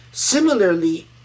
Similarly